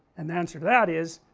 and the answer to that is,